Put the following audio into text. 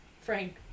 Frank